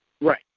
right